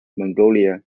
mongolia